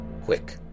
quick